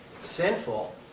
sinful